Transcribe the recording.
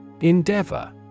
Endeavor